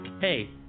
Hey